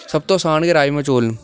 सब तू असान गै राजमां चौल न